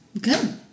Good